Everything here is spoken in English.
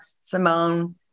Simone